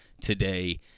today